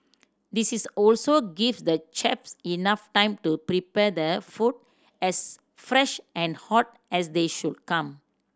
this is also give the chefs enough time to prepare the food as fresh and hot as they should come